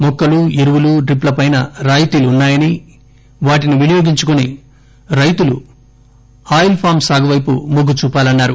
మొక్కలు ఎరువులు డ్రిప్లపైన రాయితీలు ఉన్నా యని వాటిని వినియోగించుకుని రైతులు ఆయిల్ పామ్ సాగు వైపు మొగ్గు చూపాలన్నారు